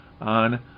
on